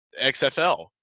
XFL